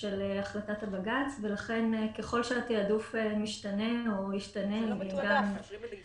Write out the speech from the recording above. של החלטת בג"ץ ולכן ככל שהתעדוף משתנה או ישתנה בעקבות